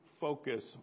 focus